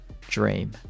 dream